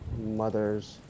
mother's